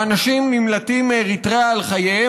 ואנשים נמלטים מאריתריאה על חייהם.